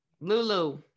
Lulu